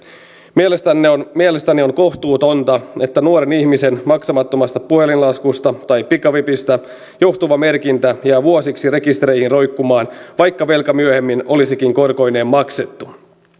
mielestäni on kohtuutonta että nuoren ihmisen maksamattomasta puhelinlaskusta tai pikavipistä johtuva merkintä jää vuosiksi rekistereihin roikkumaan vaikka velka myöhemmin olisikin korkoineen maksettu